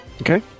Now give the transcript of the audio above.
Okay